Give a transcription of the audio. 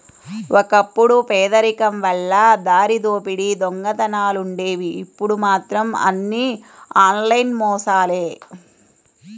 ఒకప్పుడు పేదరికం వల్ల దారిదోపిడీ దొంగతనాలుండేవి ఇప్పుడు మాత్రం అన్నీ ఆన్లైన్ మోసాలే